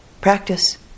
Practice